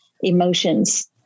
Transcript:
emotions